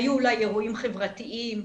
היו אולי אירועים חברתיים,